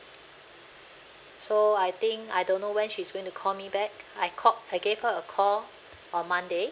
so I think I don't know when she's going to call me back I called I gave her a call on monday